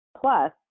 Plus